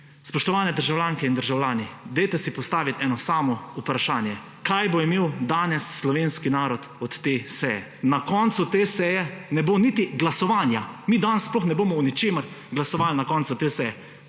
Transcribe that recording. Spoštovane državljanke in državljani. Dajte si postaviti eno samo vprašanje. Kaj bo imel danes slovenski narod od te seje? Na koncu te seje ne bo niti glasovanja. Mi danes sploh ne bomo o ničemer glasovali na koncu te